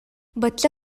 бачча